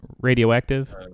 Radioactive